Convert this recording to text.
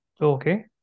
Okay